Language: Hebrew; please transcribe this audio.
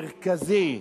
מרכזי,